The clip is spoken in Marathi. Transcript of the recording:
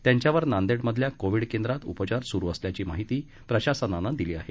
त्यांच्यावर नांदेडमधील कोविड केंद्रात उपचार सुरू असल्याची माहिती प्रशासनानं दिली आहे